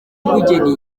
ubugeni